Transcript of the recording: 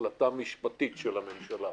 החלטה משפטית של הממשלה,